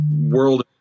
world